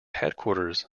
headquarters